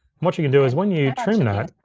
what you can do is when you trim that,